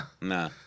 Nah